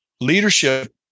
Leadership